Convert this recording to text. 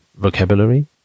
vocabulary